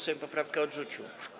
Sejm poprawkę odrzucił.